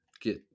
get